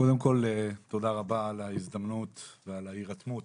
קודם כל תודה רבה על ההזדמנות ועל ההירתמות